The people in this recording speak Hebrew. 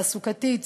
תעסוקתית ושכלית,